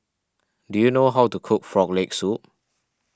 do you know how to cook Frog Leg Soup